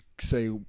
say